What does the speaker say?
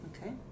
Okay